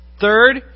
third